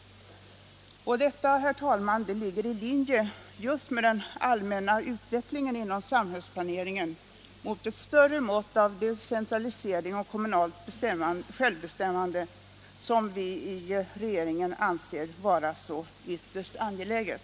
Detta, herr talman, ligger i linje med den allmänna utvecklingen inom samhällsplaneringen mot ett större mått av decentralisering och kommunalt självbestämmande, något som vi i regeringen anser vara ytterst angeläget.